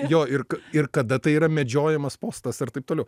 jo ir ir kada tai yra medžiojamas postas ar taip toliau